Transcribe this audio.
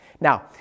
Now